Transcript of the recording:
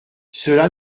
cela